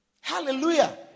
Hallelujah